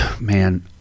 man